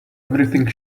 everything